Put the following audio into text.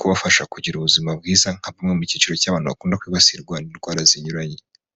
kubafasha kugira ubuzima bwiza nka bumwe cyiciro cy'abantu bakunda kwibasirwa indwara zinyuranye.